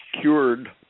cured